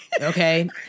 Okay